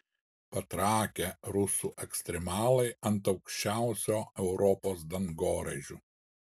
patrakę rusų ekstremalai ant aukščiausio europos dangoraižio